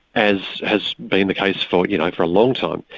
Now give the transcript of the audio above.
as has been the case for you know for a long time,